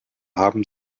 haben